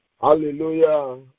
Hallelujah